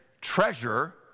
treasure